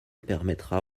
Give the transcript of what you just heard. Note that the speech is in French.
permettra